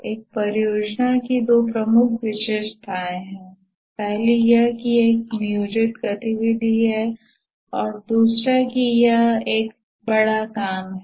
एक परियोजना की दो प्रमुख विशेषताएं हैं पहली बात यह है कि यह एक नियोजित गतिविधि है दूसरा यह है कि यह अर्थहीन है कि यह एक बड़ा काम है